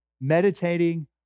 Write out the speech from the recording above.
meditating